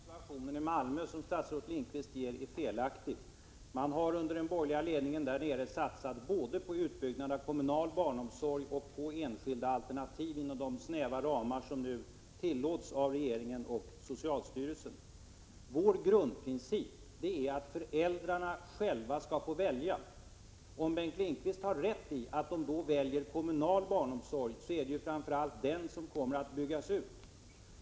Herr talman! Den beskrivning som statsrådet gör av situationen i Malmö är felaktig. Den borgerliga ledningen där nere har satsat både på utbyggnad av kommunal barnomsorg och på enskilda alternativ - inom de snäva ramar som nu tillåts av regeringen och socialstyrelsen. Vår grundprincip är att föräldrarna själva skall få välja. Om Bengt Lindqvist har rätt i att de då väljer kommunal barnomsorg, är det ju framför allt denna som kommer att byggas ut.